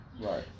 right